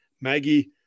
maggie